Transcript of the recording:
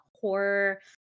horror